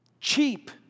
cheap